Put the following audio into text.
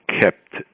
kept